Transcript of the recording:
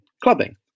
clubbing